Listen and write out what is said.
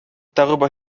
darüber